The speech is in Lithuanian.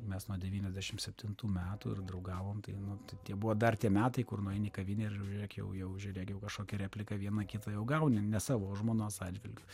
mes nuo devyniasdešim septintų metų ir draugavom tai nu tai tie buvo dar tie metai kur nueini į kavinę ir žiūrėk jau jau žiūrėk jau kažkokią repliką vieną kitą jau gauni ne savo žmonos atžvilgiu